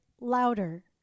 louder